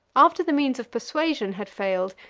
after the means of persuasion had failed,